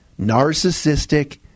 narcissistic